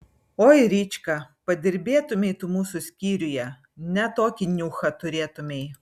oi rička padirbėtumei tu mūsų skyriuje ne tokį niuchą turėtumei